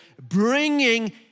bringing